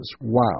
Wow